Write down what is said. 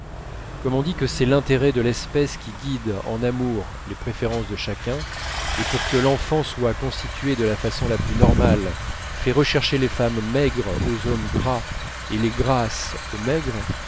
comme on dit que c'est l'intérêt de l'espèce qui guide en amour les préférences de chacun et pour que l'enfant soit constitué de la façon la plus normale fait rechercher les femmes maigres aux hommes gras et les grasses aux maigres